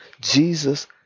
Jesus